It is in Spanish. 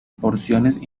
porciones